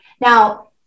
Now